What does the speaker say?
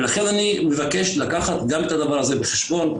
ולכן צריך לקחת את זה בחשבון,